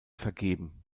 vergeben